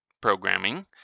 programming